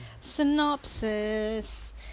synopsis